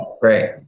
Great